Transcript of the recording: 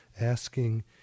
asking